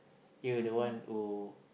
you were the one who